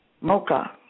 Mocha